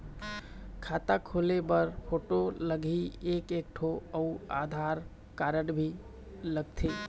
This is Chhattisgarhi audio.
खाता खोले बर फोटो लगही एक एक ठो अउ आधार कारड भी लगथे?